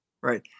Right